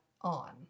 on